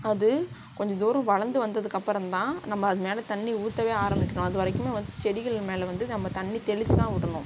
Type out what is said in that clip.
அது கொஞ்சம் தூரம் வளர்ந்து வந்ததுக்கப்புறம் தான் நம்ம அது மேல் தண்ணி ஊற்றவே ஆரம்பிக்கணும் அது வரைக்கும் செடிகள் மேல் வந்து நம்ம தண்ணி தெளிச்சுதான் விடணும்